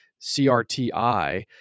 CRTI